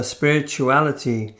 Spirituality